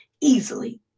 easily